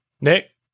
Nick